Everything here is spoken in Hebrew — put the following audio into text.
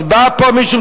אז בא פה מישהו,